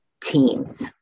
teams